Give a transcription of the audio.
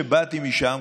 שבאתי משם,